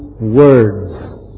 words